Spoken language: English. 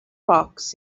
rocks